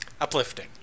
Uplifting